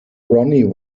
ronnie